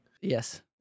Yes